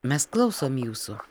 mes klausom jūsų